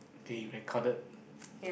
they recorded